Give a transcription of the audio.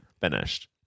finished